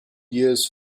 years